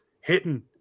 hitting